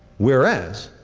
whereas,